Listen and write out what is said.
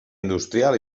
industrial